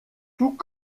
tout